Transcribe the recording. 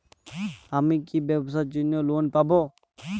আমি কি ব্যবসার জন্য লোন পাব?